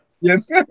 Yes